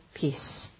peace